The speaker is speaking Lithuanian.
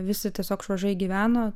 visi tiesiog švažai gyveno